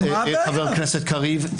חבר הכנסת קריב,